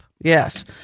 Yes